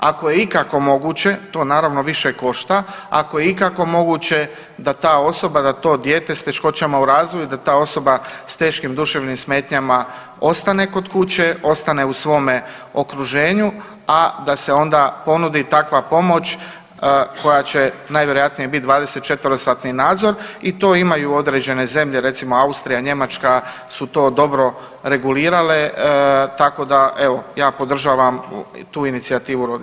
Ako je ikako moguće to naravno više košta, ako je ikako moguće da ta osoba da to dijete s teškoćama u razvoju da ta osoba s teškim duševnim smetnjama ostane kod kuće, ostane u svome okruženju, a da se onda ponudi takva pomoć koja će najvjerojatnije biti 24-satni nadzor i to imaju određene zemlje recimo Austrija, Njemačka su to dobro regulirale tako da evo ja podržavam tu inicijativu roditelja.